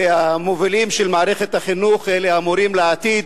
אלה המובילים של מערכת החינוך, אלה המורים לעתיד,